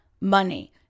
money